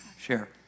Share